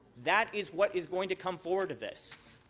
that is what is going to come forward of this.